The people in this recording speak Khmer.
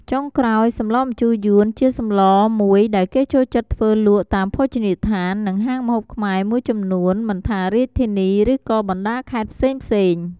ចុងក្រោយ សម្លម្ជូរយួនជាសម្លមួយដែលគេចូលចិត្តធ្វើលក់តាមភោជនីយដ្ឋាននិងហាងម្ហូបខ្មែរមួយចំនួន មិនថារាជធានី ឬក៏បណ្តាខេត្តផ្សេងៗ។